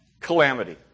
calamity